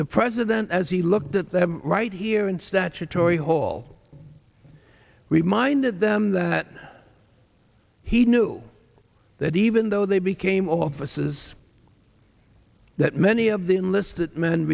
the president as he looked at them right here in statutory hall reminded them that he knew that even though they became offices that many of the enlisted men